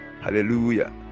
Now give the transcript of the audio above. Hallelujah